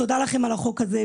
תודה לכם על החוק הזה,